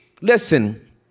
Listen